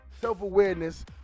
self-awareness